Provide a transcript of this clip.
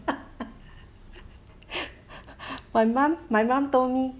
my mum my mum told me